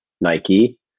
Nike